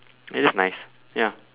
it is nice ya